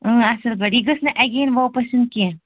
اۭں اصٕل پٲٹھۍ یہِ گٔژھ نہٕ اَگین واپَس ین کینٛہہ